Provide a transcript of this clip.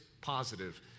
positive